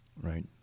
right